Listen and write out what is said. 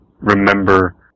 remember